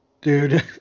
Dude